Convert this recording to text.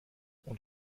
und